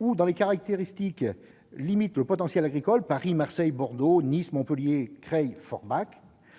ou dont les caractéristiques géographiques limitent le potentiel agricole- Paris, Marseille, Bordeaux, Nice, Montpellier, Creil, Forbach